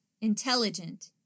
intelligent